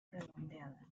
redondeadas